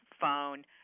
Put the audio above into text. phone